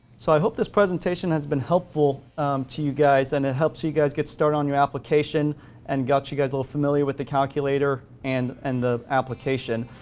so, i hope this presentation has been helpful to you guys, and it helps you guys get started on your application and got you a little familiar with the calculator and and the application.